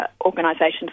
Organisations